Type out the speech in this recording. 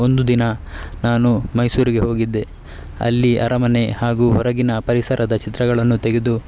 ಒಂದು ದಿನ ನಾನು ಮೈಸೂರಿಗೆ ಹೋಗಿದ್ದೆ ಅಲ್ಲಿ ಅರಮನೆ ಹಾಗೂ ಹೊರಗಿನ ಪರಿಸರದ ಚಿತ್ರಗಳನ್ನು ತೆಗೆದು